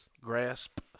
grasp